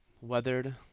weathered